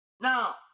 Now